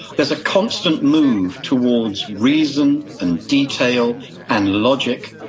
there's a constant move towards reason and detail and logic,